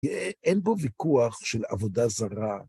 אין בו ויכוח של עבודה זרה.